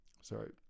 sorry